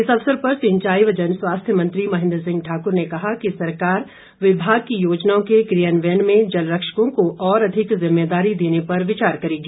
इस अवसर पर सिंचाई व जनस्वास्थ्य मंत्री महेन्द्र सिंह ठाकुर ने कहा कि सरकार विभाग की योजनाओं के कियान्वयन में जल रक्षकों को और अधिक ज़िम्मेदारी देने पर विचार करेगी